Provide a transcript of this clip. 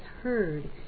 heard